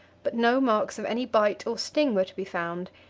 but no marks of any bite or sting were to be found,